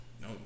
No